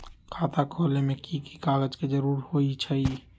खाता खोले में कि की कागज के जरूरी होई छइ?